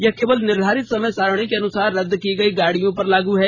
यह केवल निर्धारित समय सारिणी के अनुसार रद्द की गयी गाडियों पर लाग है